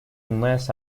unless